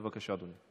בבקשה, אדוני,